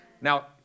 Now